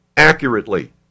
Accurately